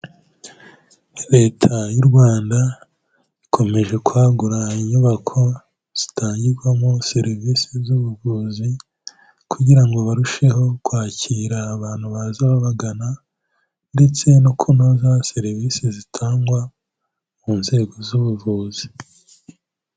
Leta y'u Rwanda ikomeje kwagura inyubako zitangirwamo serivisi z'ubuvuzi, kugira ngo barusheho kwakira abantu baza bagana ndetse no kunoza serivisi zitangwa mu nzego z'ubuvuzi.